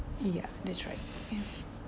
ya that's right